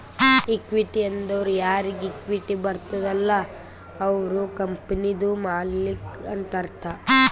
equity ಅಂದುರ್ ಯಾರಿಗ್ equity ಬರ್ತುದ ಅಲ್ಲ ಅವ್ರು ಕಂಪನಿದು ಮಾಲ್ಲಿಕ್ ಅಂತ್ ಅರ್ಥ